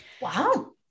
Wow